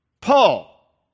Paul